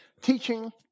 teaching